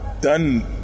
done